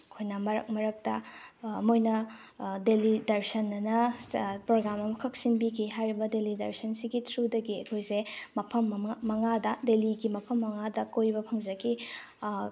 ꯑꯩꯈꯣꯏꯅ ꯃꯔꯛ ꯃꯔꯛꯇ ꯃꯣꯏꯅ ꯗꯦꯜꯂꯤ ꯗꯔꯁꯟ ꯍꯥꯏꯅ ꯄ꯭ꯔꯣꯒ꯭ꯔꯥꯝ ꯑꯃꯈꯛ ꯁꯤꯟꯕꯤꯈꯤ ꯍꯥꯏꯔꯤꯕ ꯗꯦꯜꯂꯤ ꯗꯔꯁꯟꯁꯤꯒꯤ ꯊ꯭ꯔꯨꯗꯒꯤ ꯑꯩꯈꯣꯏꯁꯦ ꯃꯐꯝ ꯃꯉꯥꯗ ꯗꯦꯜꯂꯤꯒꯤ ꯃꯐꯝ ꯃꯉꯥꯗ ꯀꯣꯏꯕ ꯐꯪꯖꯈꯤ